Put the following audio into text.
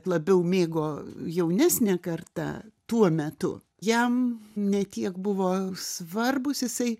labiau mėgo jaunesnė karta tuo metu jam ne tiek buvo svarbūs jisai